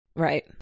Right